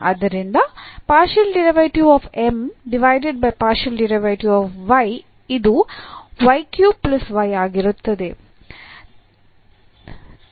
ಆದ್ದರಿಂದ ಇದು ಆಗಿರುತ್ತದೆ